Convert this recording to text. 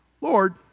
Lord